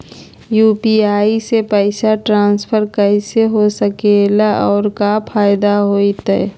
UPI से पैसा transfer कैसे हो सके ला और का फायदा होएत?